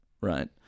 right